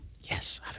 yes